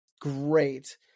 great